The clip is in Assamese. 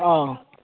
অঁ